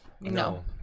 No